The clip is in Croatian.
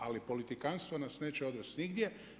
Ali politikantstvo nas neće odvest nigdje.